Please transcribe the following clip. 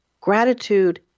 Gratitude